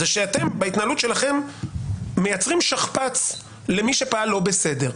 שאתם בהתנהלות שלכם מייצרים שכפ"ץ למי שפעל לא בסדר.